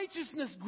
righteousness